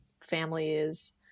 families